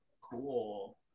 cool